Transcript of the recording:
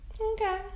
Okay